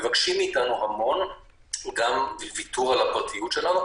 מבקשים מאיתנו המון גם בוויתור על הפרטיות שלנו,